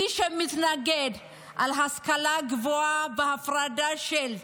מי שמתנגד להשכלה גבוהה בהפרדה של נשים,